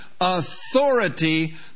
authority